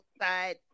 side